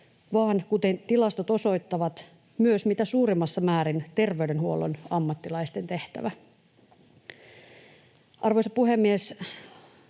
vaan, kuten tilastot osoittavat, myös mitä suurimmassa määrin terveydenhuollon ammattilaisten tehtävä. Arvoisa puhemies!